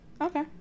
okay